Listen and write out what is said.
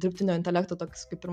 dirbtinio intelekto toks kaip ir